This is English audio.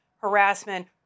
harassment